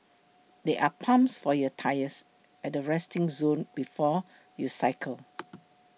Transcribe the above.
there are pumps for your tyres at the resting zone before you cycle